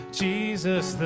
jesus